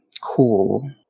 cool